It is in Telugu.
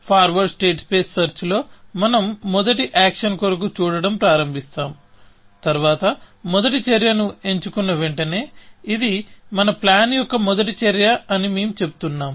ఫార్వర్డ్ స్టేట్ స్పేస్ సెర్చ్ లో మనము మొదటి యాక్షన్ కొరకు చూడటం ప్రారంభిస్తాం తరువాత మొదటి చర్యను ఎంచుకున్న వెంటనే ఇది మన ప్లాన్ యొక్క మొదటి చర్య అని మేం చెబుతున్నాం